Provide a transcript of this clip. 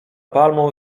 palmą